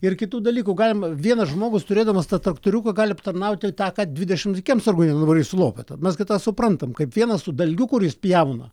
ir kitų dalykų galima vienas žmogus turėdamas tą traktoriuką gali aptarnauti tą ką dvidešimt kiemsargių nenuvalys su lopeta mes gi tą suprantame kaip vienas su dalgiu kuris pjauna